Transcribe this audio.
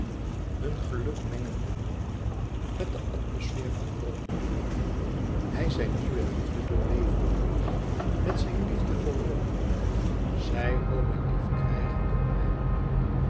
hun geluk mengende met de atmosfeer van rome hij zijne nieuwe liefde doorwevende met zijn liefde voor rome zij rome liefkrijgende om hem